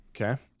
okay